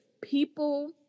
people